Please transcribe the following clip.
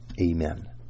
Amen